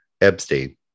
Epstein